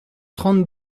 trente